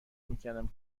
میکردم